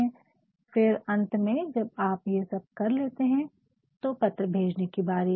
और फिर अंत में जब आप ये सब कर लेते है तो पत्र को भेजने की बारी है